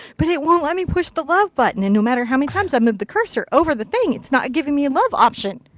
but it won't let me push the love button. and no matter how many times i move the cursor over the thing it's not giving me a love option.